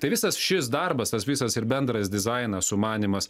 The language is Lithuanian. tai visas šis darbas tas visas ir bendras dizainas sumanymas